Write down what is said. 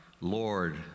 Lord